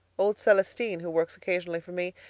old celestine, who works occasionally for me,